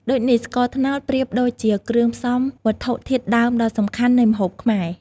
ដូចនេះ ស្ករត្នោតប្រៀបដូចជាគ្រឿងផ្សំវត្ថុធាតុដើមដ៏សំខាន់នៃម្ហូបខ្មែរ។